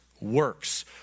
works